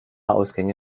ausgänge